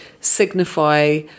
signify